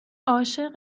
عاشق